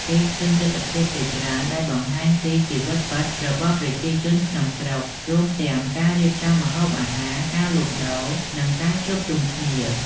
គេឃើញទិដ្ឋភាពជាច្រើនដែលបង្ហាញពីជីវិតពិតរបស់ប្រជាជនក្នុងស្រុក រួមទាំងការរៀបចំម្ហូបអាហារ ការលក់ដូរ និងការជួបជុំគ្នា។